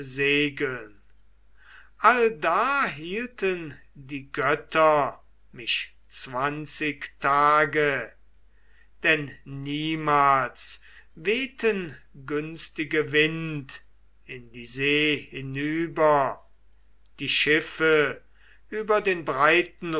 durchsegeln allda hielten die götter mich zwanzig tage denn niemals wehten günstige wind in die see hinüber die schiffe über den breiten